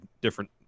different